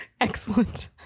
Excellent